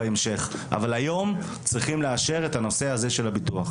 אבל היום צריך לאשר את הנושא הה של הביטוח.